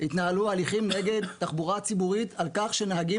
התנהלו הליכים נגד תחבורה ציבורית על כך שנהגים